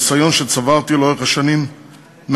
והניסיון שצברתי לאורך השנים מהשטח,